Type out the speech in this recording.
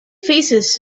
faces